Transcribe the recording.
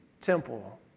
temple